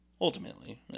ultimately